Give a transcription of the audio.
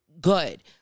good